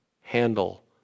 handle